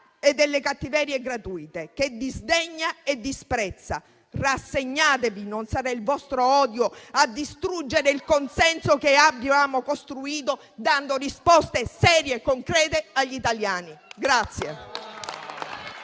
e delle cattiverie gratuite, che disdegna e disprezza. Rassegnatevi, non sarà il vostro odio a distruggere il consenso che abbiamo costruito dando risposte serie e concrete agli italiani.